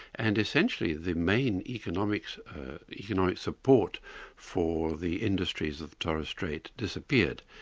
and essentially the main economic you know support for the industries of torres strait disappeared.